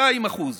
82%;